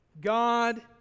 God